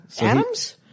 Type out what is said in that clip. Adams